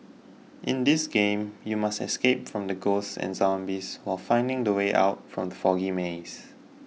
in this game you must escape from the ghosts and zombies while finding the way out from the foggy maze